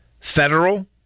Federal